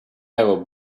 ever